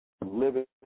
living